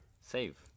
save